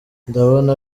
ndabona